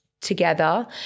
together